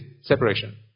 separation